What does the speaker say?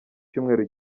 cyumweru